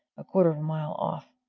a quarter of a mile off,